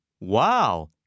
Wow